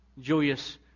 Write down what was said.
Julius